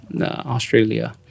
Australia